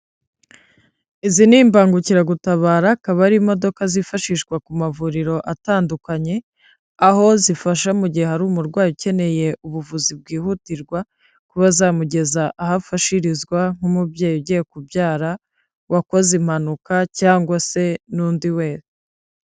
Izi ni imbangukiragutabara, akaba ari imodoka zifashishwa ku mavuriro atandukanye, aho zifasha mu gihe hari umurwayi ukeneye ubuvuzi bwihutirwa kubazamugeza aho afashirizwa nk'umubyeyi ugiye kubyara, wakoze impanuka cyangwa se n'undi wese.